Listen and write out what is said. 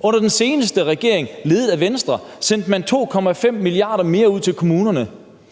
Under den seneste regering, ledet af Venstre, sendte man 2,5 mia. kr. mere ud til kommunerne.